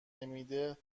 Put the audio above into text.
نمیده